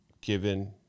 given